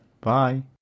Bye